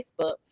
Facebook